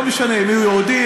לא משנה אם הוא יהודי,